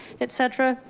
et cetera.